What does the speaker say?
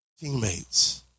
teammates